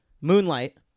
Moonlight